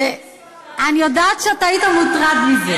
אני יודעת שאתה היית מוטרד מזה.